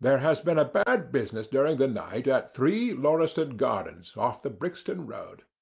there has been a bad business during the night at three, lauriston gardens, off the brixton road.